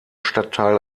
stadtteil